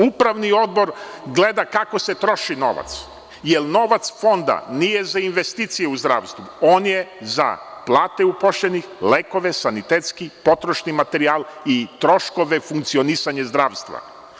Upravni odbor gleda kako se troši novac, jer novac Fonda nije za investicije u zdravstvu, on je za plate zaposlenih, lekove, sanitetski potrošni materijal i troškove funkcionisanja zdravstva.